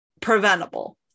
preventable